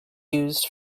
used